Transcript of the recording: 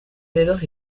dedos